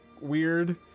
weird